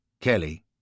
Kelly